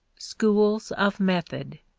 schools of method.